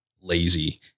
lazy